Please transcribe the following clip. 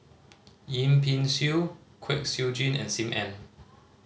Yip Pin Xiu Kwek Siew Jin and Sim Ann